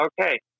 Okay